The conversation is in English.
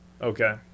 Okay